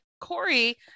Corey